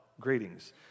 greetings